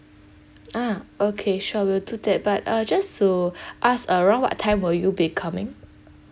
ah okay sure we'll do that but uh just to ask around what time will you be coming